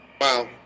Wow